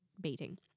beating